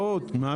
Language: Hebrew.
לא, מה